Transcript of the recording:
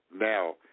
Now